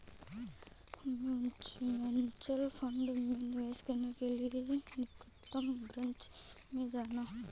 mutual fund में निवेश करने के लिए निकटतम ब्रांच में जाना